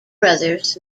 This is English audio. brothers